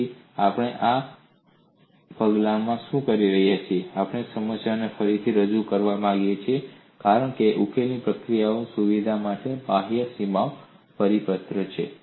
તેથી આપણે આ પગલામાં શું કરી રહ્યા છીએ આપણે સમસ્યાને ફરીથી રજૂ કરવા માંગીએ છીએ કારણ કે ઉકેલની પ્રક્રિયાની સુવિધા માટે બાહ્ય સીમા પરિપત્ર છે